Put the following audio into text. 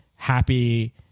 happy